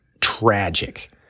tragic